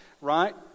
right